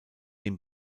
dem